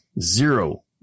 Zero